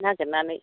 नागिरनानै